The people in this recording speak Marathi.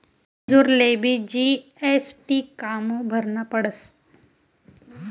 मजुरलेबी जी.एस.टी कामु भरना पडस?